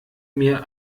mir